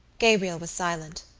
gabriel was silent.